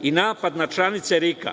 i napad na članice RIK,